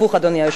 אדוני היושב-ראש.